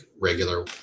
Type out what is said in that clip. regular